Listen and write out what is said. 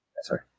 Sorry